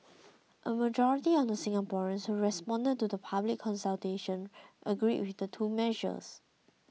a majority of the Singaporeans who responded to the public consultation agreed with the two measures